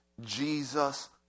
Jesus